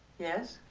yes?